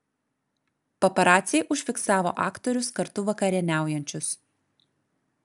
paparaciai užfiksavo aktorius kartu vakarieniaujančius